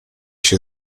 się